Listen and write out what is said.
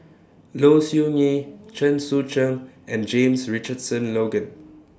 Low Siew Nghee Chen Sucheng and James Richardson Logan